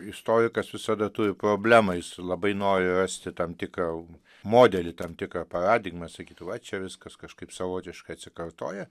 istorikas visada turi problemą jisai labai nori rasti tam tikrą modelį tam tikrą paradigmą sakytų va čia viskas kažkaip savotiškai atsikartoja